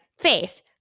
face